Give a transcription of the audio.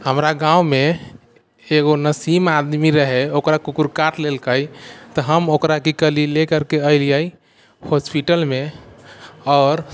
हमरा गाँवमे एगो नसीम आदमी रहय ओकरा कुकुर काटि लेलकै तऽ हम ओकरा की करली ले करके अयलियै होस्पिटलमे आओर